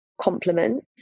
compliments